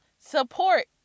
Support